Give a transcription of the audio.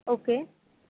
okay